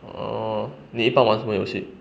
orh 你一般玩什么游戏